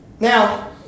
Now